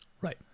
Right